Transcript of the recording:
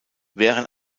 wären